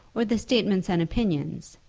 or the statements and opinions,